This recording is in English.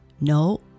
No